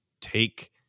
take